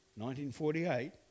1948